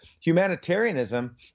Humanitarianism